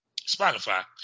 Spotify